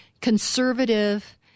conservative